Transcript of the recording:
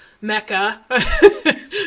mecca